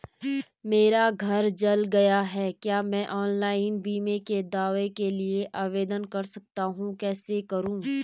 मेरा घर जल गया है क्या मैं ऑनलाइन बीमे के दावे के लिए आवेदन कर सकता हूँ कैसे करूँ?